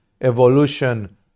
evolution